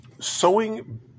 sewing